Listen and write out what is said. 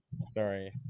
Sorry